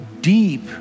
deep